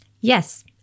Yes